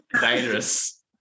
Dangerous